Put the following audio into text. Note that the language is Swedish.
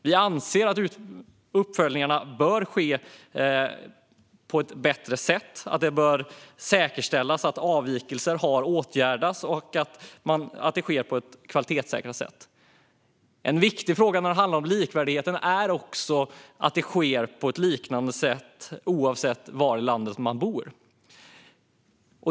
Vi anser att uppföljningar bör ske på ett bättre sätt, att det bör säkerställas att avvikelser har åtgärdats och att detta sker på ett kvalitetssäkrat sätt. En viktig fråga när det handlar om likvärdighet är att uppföljningen sker på ett liknande sätt oavsett var i landet den görs.